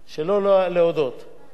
לעורכת-הדין נועה בן-שבת מהוועדה,